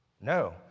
No